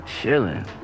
chilling